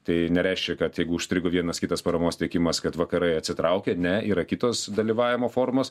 tai nereiškia kad jeigu užstrigo vienas kitas paramos teikimas kad vakarai atsitraukia ne yra kitos dalyvavimo formos